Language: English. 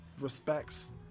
respects